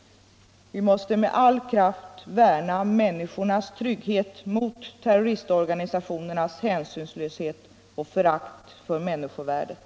Vi måste med all kraft värna människornas trygghet mot terroristorganisationernas hänsynslöshet och förakt för människovärdet.